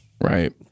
Right